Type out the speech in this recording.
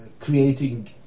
creating